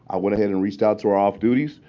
i went ahead and reached out to our off duties.